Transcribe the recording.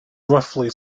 roughly